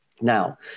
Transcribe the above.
Now